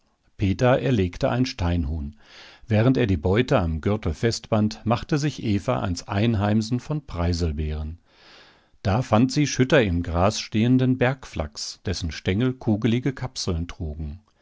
peter erlegte ein steinhuhn während er die beute am gürtel festband machte sich eva ans einheimsen von preiselbeeren da fand sie schütter im gras stehenden bergflachs dessen stengel kugelige kapseln trugen